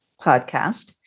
podcast